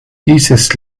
dieses